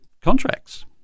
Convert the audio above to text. contracts